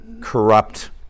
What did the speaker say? corrupt